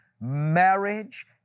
marriage